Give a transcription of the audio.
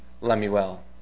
Lemuel